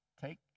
Take